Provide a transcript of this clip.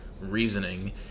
reasoning